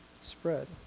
spread